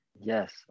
Yes